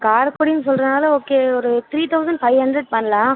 காரக்குடினு சொல்லுறதுனால ஓகே ஒரு three thousand five hundred பண்ணலாம்